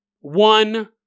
One